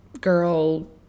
girl